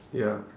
ya